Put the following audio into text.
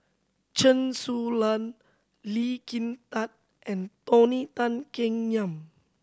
Chen Su Lan Lee Kin Tat and Tony Tan Keng Yam